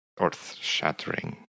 earth-shattering